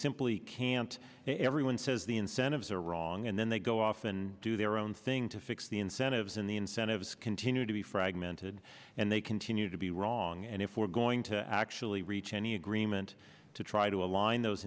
simply can't everyone says the incentives are wrong and then they go off and do their own thing to fix the incentives and the incentives continue to be fragmented and they continue to be wrong and if we're going to actually reach any agreement to try to align those